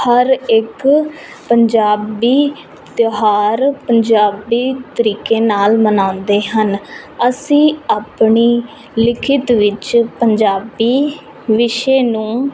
ਹਰ ਇੱਕ ਪੰਜਾਬੀ ਤਿਉਹਾਰ ਪੰਜਾਬੀ ਤਰੀਕੇ ਨਾਲ ਮਨਾਉਂਦੇ ਹਨ ਅਸੀਂ ਆਪਣੀ ਲਿਖਤ ਵਿੱਚ ਪੰਜਾਬੀ ਵਿਸ਼ੇ ਨੂੰ